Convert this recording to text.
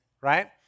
right